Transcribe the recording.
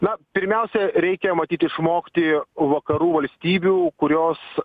na pirmiausia reikia matyt išmokti vakarų valstybių kurios